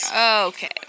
Okay